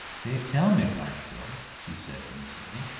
they tell me, black bill, she said innocently,